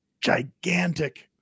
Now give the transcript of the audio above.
Gigantic